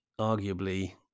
arguably